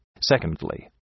Secondly